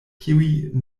kiuj